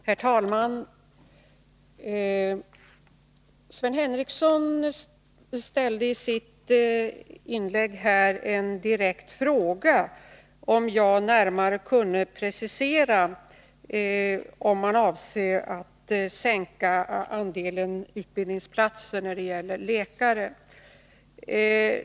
Herr talman! Sven Henricsson ställde i sitt inlägg en direkt fråga, om jag närmare kunde precisera om man avser att sänka andelen utbildningsplatser när det gäller läkare.